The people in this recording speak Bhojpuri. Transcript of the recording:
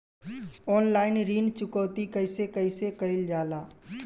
ऑनलाइन ऋण चुकौती कइसे कइसे कइल जाला?